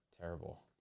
Terrible